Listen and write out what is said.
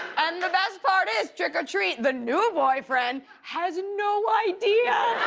and the best part, is trick or treat, the new boyfriend has no idea!